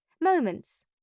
Moments